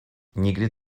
nikdy